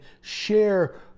share